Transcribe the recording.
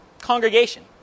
congregation